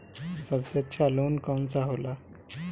सबसे अच्छा लोन कौन सा होला?